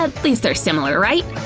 at least they're similar, right?